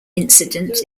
incident